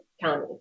County